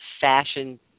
fashion